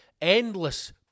endless